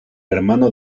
hermano